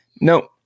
no